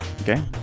Okay